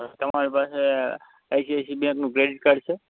તમારી પાસે I C I C બેન્કનું ક્રેડિટ કાર્ડ છે